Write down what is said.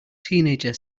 teenager